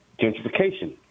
gentrification